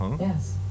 Yes